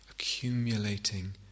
accumulating